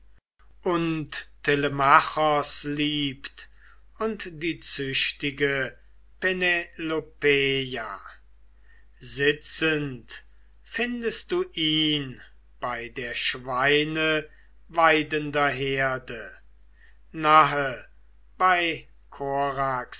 und telemachos liebt und die züchtige penelopeia sitzend findest du ihn bei der schweine weidender herde nahe bei